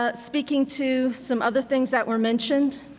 ah speaking to some other things that were mentioned,